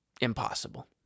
impossible